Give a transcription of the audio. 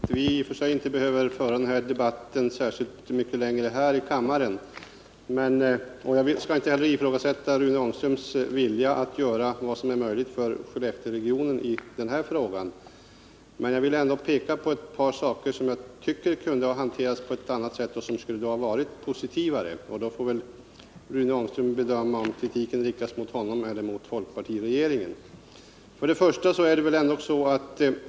Herr talman! Jag kan hålla med Rune Ångström om att vi i och för sig inte behöver föra den här debatten särskilt mycket längre här i kammaren. Jag skall inte heller ifrågasätta Rune Ångströms vilja att göra vad som är möjligt för Skellefteåregionen i den här frågan, men jag vill ändå peka på ett par saker som jag tycker kunde ha hanterats på ett annat och positivare sätt. Rune Ångström får själv bedöma om kritiken riktas mot honom eller folkpartiregeringen.